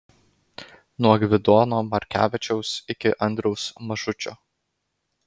nuo gvidono markevičiaus iki andriaus mažučio